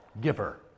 giver